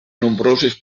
nombroses